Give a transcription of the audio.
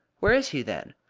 where is he, then?